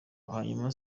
hanyuma